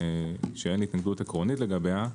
שאין התנגדות עקרונית לגביה,